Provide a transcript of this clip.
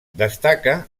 destaca